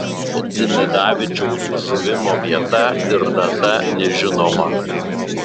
dzimidavičiaus žuvimo vieta ir data nežinoma